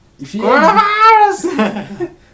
Coronavirus